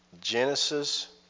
Genesis